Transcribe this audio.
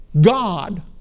God